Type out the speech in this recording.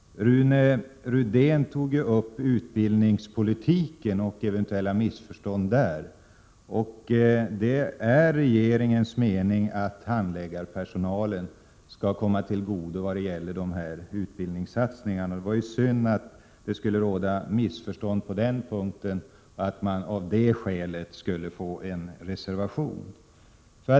Rune Rydén tog upp utbildningspolitiken och eventuella missförstånd där. Det är regeringens mening att utbildningssatsningarna skall komma handläggarpersonalen till godo. Det var ju synd att det skulle råda missförstånd på den punkten, så att det av det skälet har avgivits en reservation.